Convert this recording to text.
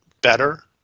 better